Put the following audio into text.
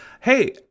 hey